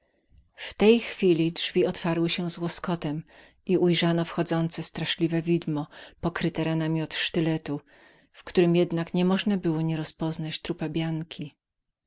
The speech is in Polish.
w tej chwili drzwi otwarły się z łoskotem i ujrzano wchodzące straszliwe widmo pokryte ranami sztyletu w którem jednak nie można było nierozpoznać trupa bianki